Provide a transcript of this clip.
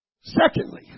Secondly